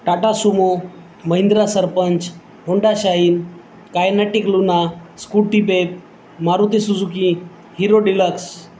Tata Sumo Mahindra Sarpanch Honda Shine Kinetic Luna Scooty Pep Maruti Suzuki Hero deluxe